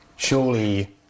surely